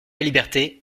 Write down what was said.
liberté